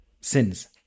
sins